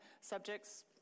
subjects